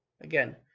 Again